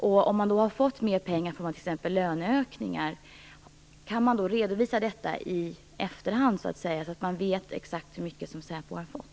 Kan man redovisa pengar man har fått för löneökningar i efterhand, så att vi vet exakt hur mycket säpo har fått?